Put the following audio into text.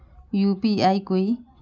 UPI कोई